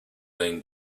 been